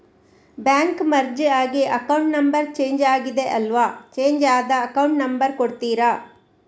Bank merge ಆಗಿ account number change ಆಗಿದೆ ಅಲ್ವಾ, ಚೇಂಜ್ ಆದ ಅಕೌಂಟ್ ನಂಬರ್ ಕೊಡ್ತೀರಾ?